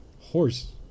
Horse